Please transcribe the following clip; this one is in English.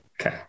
Okay